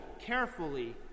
carefully